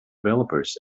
developers